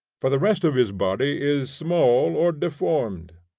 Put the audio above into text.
for the rest of his body is small or deformed.